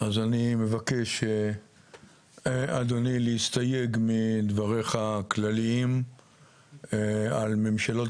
אז אני מבקש אדוני להסתייג מדבריך הכלליים על ממשלות